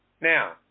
Now